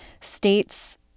States